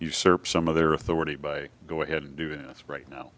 usurp some of their authority by go ahead and do that right now